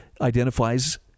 identifies